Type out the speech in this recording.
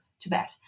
Tibet